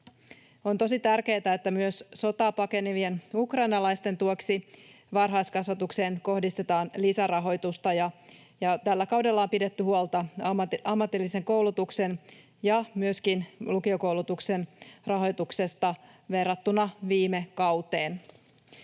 On tosi tärkeätä, että myös sotaa pakenevien ukrainalaisten tueksi varhaiskasvatukseen kohdistetaan lisärahoitusta. Tällä kaudella on pidetty paremmin huolta ammatillisen koulutuksen ja myöskin lukiokoulutuksen rahoituksesta verrattuna viime kauteen.